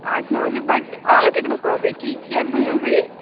आठ नओ बजे बड आरो ककरो कहबै की